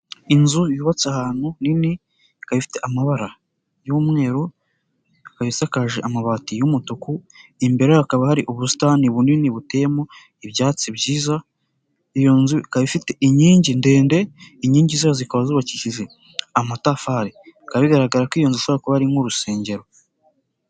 Inzu yubatse ahantu nini, ikaba ifite amabara y'umweru, ikaba isakaje amabati y'umutuku, imbere yayo hakaba hari ubusitani bunini buteyemo ibyatsi byiza, iyo nzu ikaba ifite inkingi ndende, inkingi zayo zikaba zubakishije amatafari, bikaba bigaragara ko iyo nzu ishoborara kuba ari nk'urusengero.